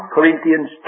Corinthians